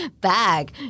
bag